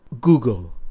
Google